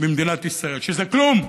במדינת ישראל, שזה כלום.